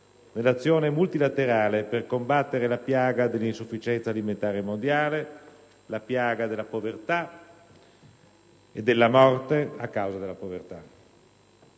nell'azione multilaterale per combattere la piaga dell'insufficienza alimentare mondiale, la piaga della povertà e della morte a causa della povertà.